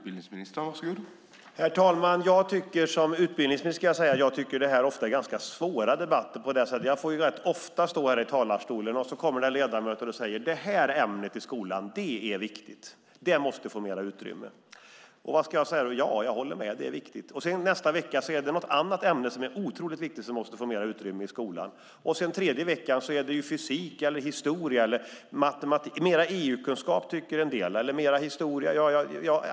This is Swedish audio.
Herr talman! Som utbildningsminister tycker jag att det här är ganska svåra debatter. När jag står här talarstolen får jag ofta höra ledamöter säga: Det här ämnet är viktigt i skolan; det måste få mer utrymme. Vad ska jag säga? Jag håller med. Det är viktigt. Nästa vecka är det något annat ämne som är otroligt viktigt och måste få mer utrymme i skolan. Den tredje veckan är det fysik, historia eller matematik. Mer EU-kunskap tycker en del, eller mer historia.